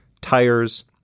Tires